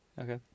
Okay